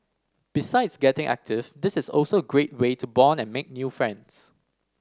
besides getting active this is also a great way to bond and make new friends